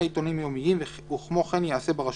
עיתונים יומיים וכמו כן ייעשה ברשומות,